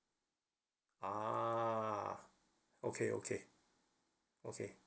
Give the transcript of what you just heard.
ah okay okay okay